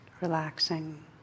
relaxing